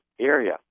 area